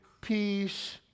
peace